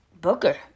Booker